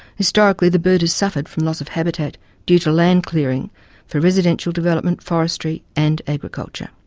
historically the bird has suffered from loss of habitat due to land clearing for residential development, forestry and agriculture.